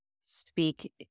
speak